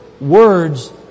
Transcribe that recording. words